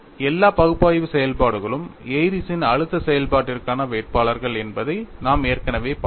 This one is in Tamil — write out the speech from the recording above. எல்லா பகுப்பாய்வு செயல்பாடுகளும் ஏரிஸ்ன் Airy's அழுத்த செயல்பாட்டிற்கான வேட்பாளர்கள் என்பதை நாம் ஏற்கனவே பார்த்தோம்